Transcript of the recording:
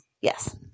Yes